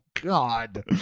god